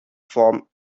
form